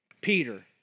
Peter